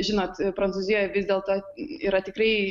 žinot prancūzijoj vis dėlto yra tikrai